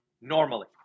normally